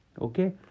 Okay